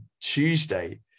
Tuesday